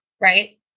right